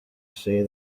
say